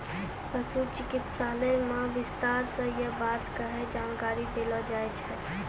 पशु चिकित्सालय मॅ विस्तार स यै बात के जानकारी देलो जाय छै